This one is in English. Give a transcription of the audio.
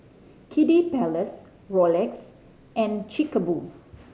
Kiddy Palace Rolex and Chic a Boo